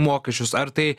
mokesčius ar tai